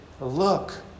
look